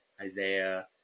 Isaiah